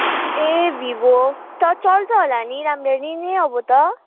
ए भिभो त चल्छ होला नि राम्ररी नै अब त